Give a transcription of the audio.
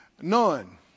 none